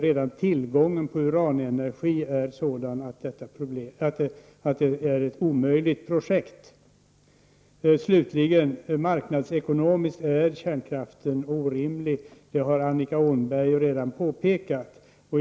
Redan tillgången på uranenergi är sådan att det är ett omöjligt projekt. Slutligen vill jag säga att kärnkraften marknadsekonomiskt är orimlig. Det har Annika Åhnberg redan påpekat.